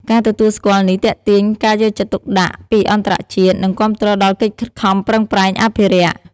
ការទទួលស្គាល់នេះទាក់ទាញការយកចិត្តទុកដាក់ពីអន្តរជាតិ និងគាំទ្រដល់កិច្ចខិតខំប្រឹងប្រែងអភិរក្ស។